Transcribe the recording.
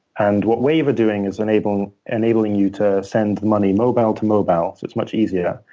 and what waive are doing is enabling enabling you to send money mobile to mobile, so it's much easier.